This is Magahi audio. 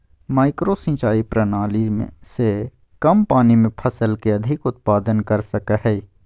माइक्रो सिंचाई प्रणाली से कम पानी में फसल के अधिक उत्पादन कर सकय हइ